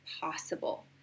possible